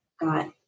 got